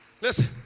Listen